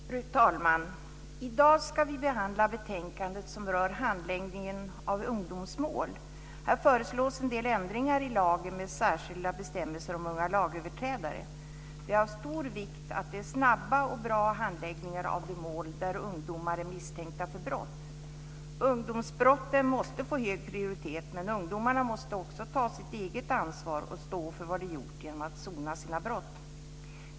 Fru talman! I dag ska vi behandla betänkandet som rör handläggningen av ungdomsmål. Här föreslås en del ändringar i lagen med särskilda bestämmelser om unga lagöverträdare. Det är av stor vikt att det är snabba och bra handläggningar av de mål där ungdomar är misstänkta för brott. Ungdomsbrotten måste få hög prioritet, men ungdomarna måste också ta sitt eget ansvar och stå för vad de gjort genom att sona sina brott.